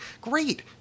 great